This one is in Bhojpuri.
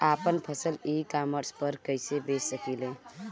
आपन फसल ई कॉमर्स पर कईसे बेच सकिले?